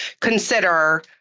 consider